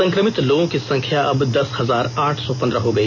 संक्रमित लोगों की संख्या अब दस हजार आठ सौ पन्द्रह हो गई